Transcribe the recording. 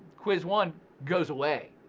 quiz one goes away.